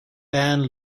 band